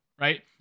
Right